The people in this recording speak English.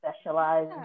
specialize